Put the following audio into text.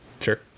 Sure